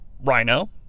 Rhino